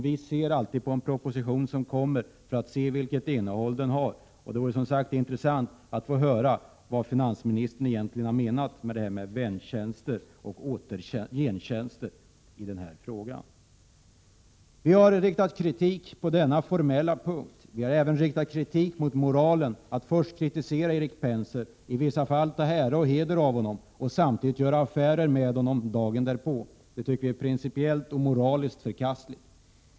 Vi vill dock ha en proposition, för att få se vilket innehåll det hela har. Det vore som sagt intressant att få höra vad finansministern egentligen menar med tjänster och gentjänster i denna fråga. Vi har framfört kritik på denna formella punkt. Vi har även framfört kritik när det gäller moralen i att först kritisera Erik Penser och i vissa fall ta heder och ära av honom för att dagen därpå i stället göra affärer med samma person. Det tycker vi är principiellt och moraliskt förkastligt.